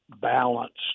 balanced